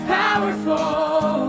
powerful